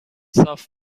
صاف